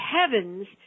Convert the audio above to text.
heavens